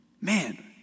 Man